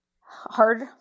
hard